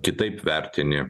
kitaip vertini